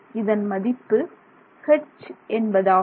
இதன் மதிப்பு 'H' என்பதாகும்